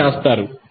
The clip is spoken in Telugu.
అని వ్రాస్తారు